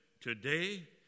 today